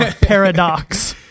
Paradox